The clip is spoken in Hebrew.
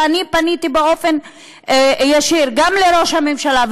ואני פניתי באופן ישיר גם לראש הממשלה,